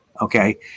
okay